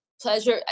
pleasure